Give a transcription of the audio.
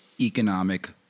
economic